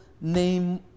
name